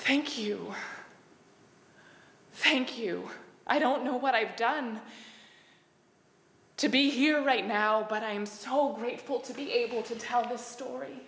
thank you thank you i don't know what i've done to be here right now but i'm so grateful to be able to tell this story